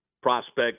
Prospect